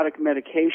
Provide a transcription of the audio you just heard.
medication